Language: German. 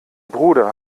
bruder